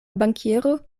bankiero